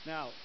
Now